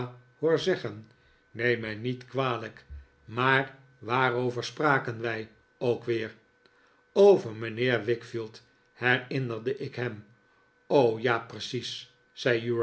hoor zeggen neem mij niet kwalijk maar waarover spraken wij ook weer over mijnheer wickfield herinnerde ik hem r o ja precies